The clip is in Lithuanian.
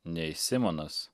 nei simonas